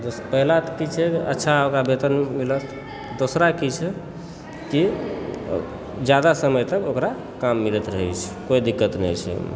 पहला की छै जे अच्छा हमरा वेतन मिलत दोसरा की छै कि जादा समय तक ओकरा काम मिलैत रहय छै कोई दिक्कत नहि छै एहिमे